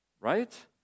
right